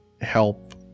help